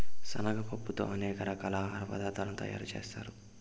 శనగ పప్పుతో అనేక రకాల ఆహార పదార్థాలను తయారు చేత్తారు